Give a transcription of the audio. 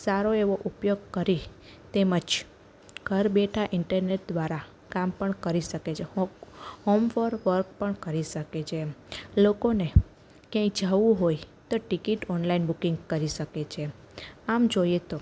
સારો એવો ઉપયોગ કરી તેમજ ઘર બેઠા ઈન્ટરનેટ દ્વારા કામ પણ કરી શકે છે હોમ ફોર વર્ક પણ કરી શકે છે લોકોને ક્યાંય જવું હોય તો ટિકિટ ઓનલાઇન બુકિંગ કરી શકે છે આમ જોઈએ તો